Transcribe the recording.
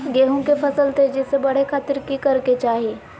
गेहूं के फसल तेजी से बढ़े खातिर की करके चाहि?